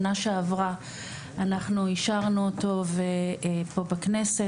שנה שעברה אנחנו אישרנו אותו פה בכנסת.